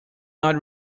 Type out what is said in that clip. not